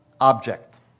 object